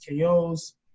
KOs